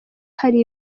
hari